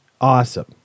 awesome